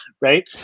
right